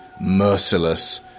merciless